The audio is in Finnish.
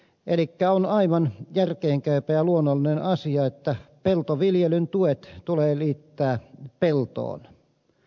elikkä on aivan järkeenkäypä ja luonnollinen asia että peltoviljelyn tuet tulee liittää peltoon